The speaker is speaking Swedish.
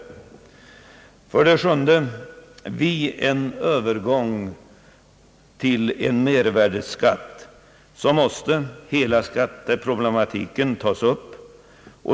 7) Vid en övergång till en mervärdeskatt måste hela skatteproblematiken tas upp.